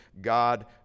God